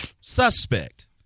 suspect